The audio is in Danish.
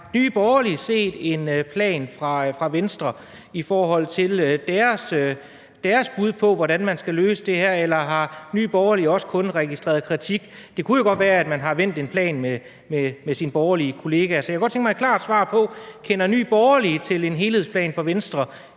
med det, har set en plan fra Venstre i forhold til deres bud på, hvordan man skal løse det her, eller har Nye Borgerlige også kun registreret kritik? Det kunne jo godt være, at man har vendt en plan med sine borgerlige kolleger. Så jeg kunne godt tænke mig et klart svar på, om Nye Borgerlige kender til en helhedsplan fra Venstres